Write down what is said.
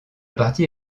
partie